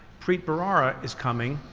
preet bharara is coming.